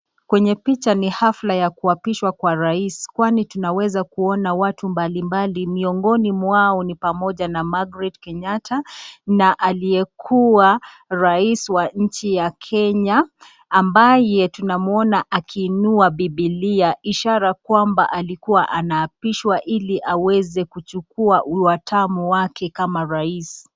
Kwenye picha ni hafla ya kuapishwa kwa rais, kwani tunaweza kuona watu mbalimbali. Miongoni mwao ni pamoja na Margaret Kenyatta na aliyekuwa rais wa nchi ya Kenya ambaye tunamwona akiinua Bibilia ishara kwamba alikuwa anaapishwa ili awaze kuchukuwa hatamu wake kama rais.